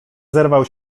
zerwał